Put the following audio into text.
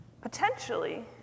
Potentially